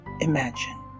imagine